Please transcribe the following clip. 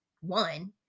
one